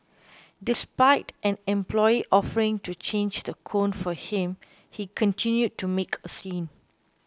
despite an employee offering to change the cone for him he continued to make a scene